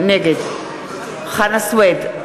נגד חנא סוייד,